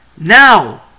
Now